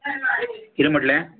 किरें म्हटलें